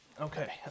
Okay